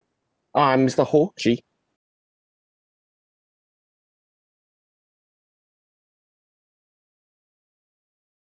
uh I'm mister ho actually